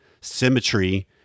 symmetry